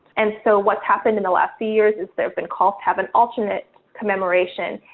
and so what's happened in the last few years is there've been calls to have an alternate commemoration.